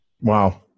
Wow